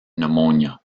pneumonia